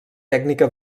tècnica